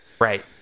Right